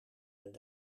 het